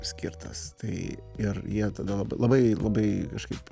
skirtas tai ir jie tada lab labai labai kažkaip